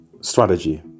strategy